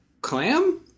clam